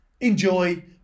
enjoy